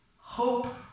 hope